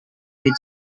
with